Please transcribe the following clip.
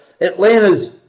Atlanta's